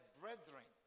brethren